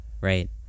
right